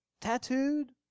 tattooed